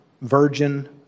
virgin